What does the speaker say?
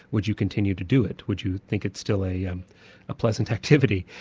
would you continue to do it? would you think it still a um pleasant activity?